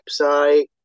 website